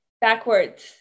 backwards